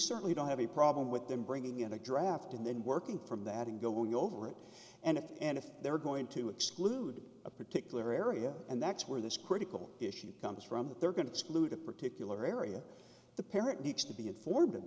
certainly don't have a problem with them bringing in a draft and then working from that ingo will go over it and if and if they're going to exclude a particular area and that's where this critical issue comes from that they're going to scoot a particular area the parent needs to be informed of